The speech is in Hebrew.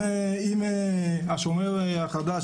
אם השומר החדש,